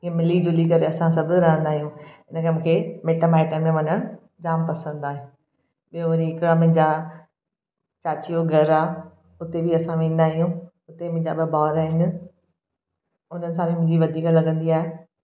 हीअं मिली जुली करे असां सभु रहंदा आहियूं हिन करे मूंखे मिटु माइटनि में वञणु जामु पसंदि आहे ॿियो वरी हिकिड़ा मुंहिंजा चाची जो घरु आहे हुते बि असां वेंदा आहियूं हुते मुंहिंजा ॿ भाउरु आहिनि उन्हनि सां बि मुंहिंजी वधीक लॻंदी आहे